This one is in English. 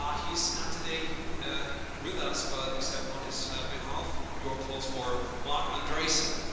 ah he is not today ah with us but accept on his behalf your applause for marc andreessen.